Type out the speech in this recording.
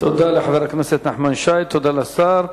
תודה לחבר הכנסת נחמן שי, תודה לשר.